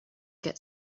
get